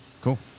cool